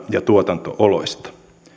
ja tuotanto oloista